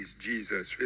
Jesus